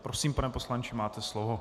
Prosím, pane poslanče, máte slovo.